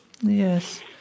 Yes